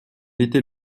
était